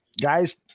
Guys